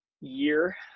year